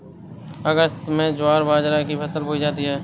अगस्त में ज्वार बाजरा की फसल बोई जाती हैं